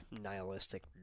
Nihilistic